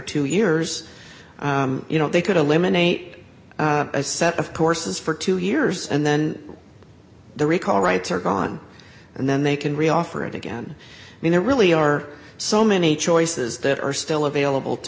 two years you know they could eliminate a set of courses for two years and then the recall rights are gone and then they can re offer it again i mean there really are so many choices that are still available to